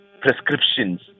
prescriptions